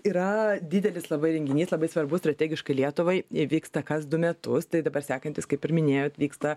yra didelis labai renginys labai svarbus strategiškai lietuvai vyksta kas du metus tai dabar sekantis kaip ir minėjot vyksta